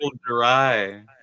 dry